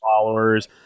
followers